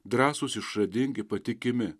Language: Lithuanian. drąsūs išradingi patikimi